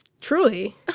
Truly